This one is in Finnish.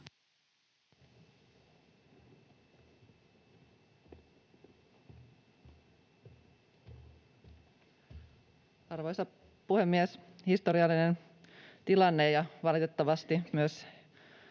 Arvoisa puhemies! Historiallinen tilanne — ja valitettavasti myös